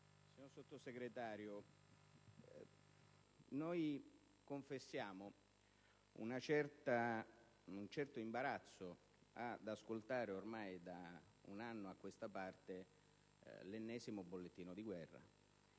signor Sottosegretario, confessiamo di avere un certo imbarazzo nell'ascoltare ormai da un anno a questa parte l'ennesimo bollettino di guerra.